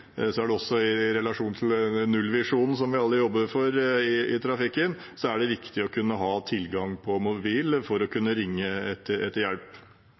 Også med tanke på nullvisjonen, som vi alle jobber for i trafikken, er det viktig å ha tilgang på mobil for å kunne ringe etter hjelp.